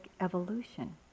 evolution